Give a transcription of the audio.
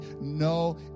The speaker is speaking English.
No